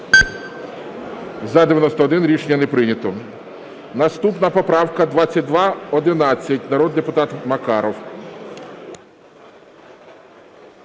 За-91 Рішення не прийнято. Наступна поправка 2211. Народний депутат Макаров.